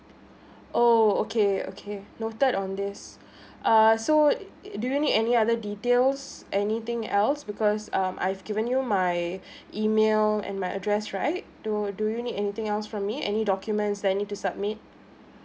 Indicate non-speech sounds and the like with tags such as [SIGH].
oh okay okay noted on this [BREATH] ah so do you need any other details anything else because um I've given you my [BREATH] email and my address right do do you need anything else from me any documents that I need to submit